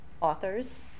authors